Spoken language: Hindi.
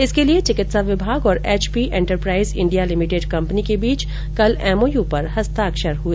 इसके लिए चिकित्सा विभाग और HP enterprise India limited company के बीच कल एमओयू पर हस्ताक्षर हुए